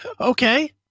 Okay